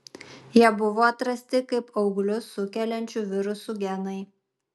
jie buvo atrasti kaip auglius sukeliančių virusų genai